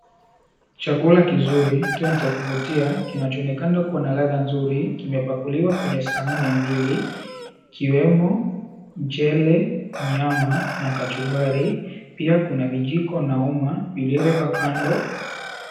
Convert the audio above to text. Chakula kizuri tena chakuvutia, kinachoonekana kuwa na ladha nzuri, kimepakuliwa kwenye sahani mbili, ikiwemo mchele, nyama na kachumbari. Pia kuna vijiko na uma vilivyoekwa kando.